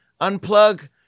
Unplug